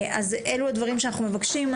אז אלו הדברים שאנחנו מבקשים.